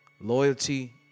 loyalty